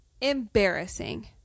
Embarrassing